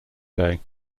day